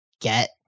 get